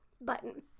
button